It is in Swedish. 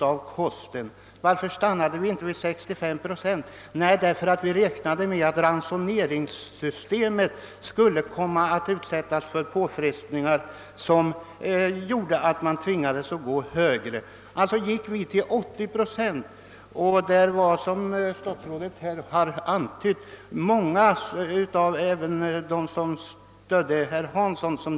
Att vi inte stannade vid 65 procent berodde på att vi räknade med att ransoneringssystemet i så fall skulle komma att utsättas för alltför stora påfrestningar. Vi bestämde oss därför för 80 procent. Som statsrådet har antytt, delades den uppfattningen även av många av dem som stödde herr Hansson.